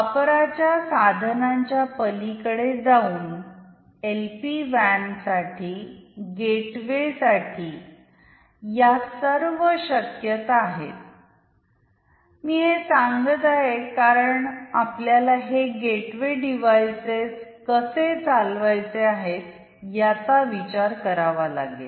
वापराच्या साधनांच्या पलीकडे जाऊन एलपी वॅनसाठी गेटवे साठी या सर्व शक्यता आहेत मी हे सांगत आहे कारण आपल्याला हे गेटवे डिव्हाइसेस कसे चालवायचे आहेत याचा विचार करावा लागेल